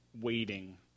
waiting